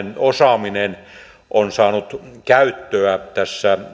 osaaminen on saanut käyttöä tässä